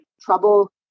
trouble